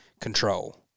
control